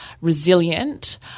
resilient